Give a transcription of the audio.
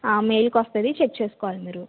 ఆ మెయిల్కి వస్తుంది చెక్ చేసుకోవాలి మీరు